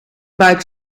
buik